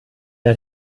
der